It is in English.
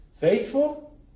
Faithful